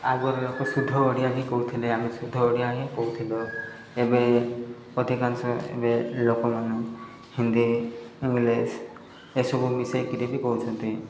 ଆଗରୁ ଲୋକ ଶୁଦ୍ଧ ଓଡ଼ିଆ ହିଁ କହୁଥିଲେ ଆମେ ଶୁଦ୍ଧ ଓଡ଼ିଆ ହିଁ କହୁଥିଲୁ ଏବେ ଅଧିକାଂଶ ଏବେ ଲୋକମାନେ ହିନ୍ଦୀ ଇଂଲିଶ୍ ଏସବୁ ମିଶେଇ କିରି ବି କହୁଛନ୍ତି